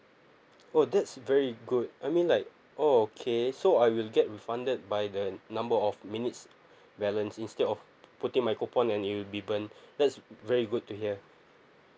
oh that's very good I mean like oh okay so I will get refunded by the number of minutes balance instead of putting my coupon and it'll be burnt that's very good to hear